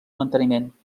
manteniment